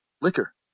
liquor